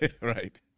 right